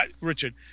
Richard